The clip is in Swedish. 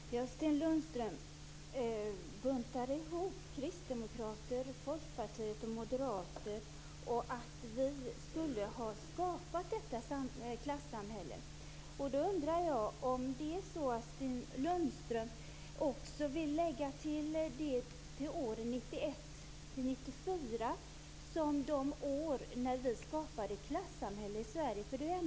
Herr talman! Sten Lundström buntade ihop kristdemokrater, folkpartister och moderater och sade att vi skulle ha skapat detta klassamhälle. Vill Sten Lundström till det också lägga åren 1991-1994 som de år då vi skapade ett klassamhälle i Sverige?